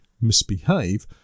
misbehave